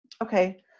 Okay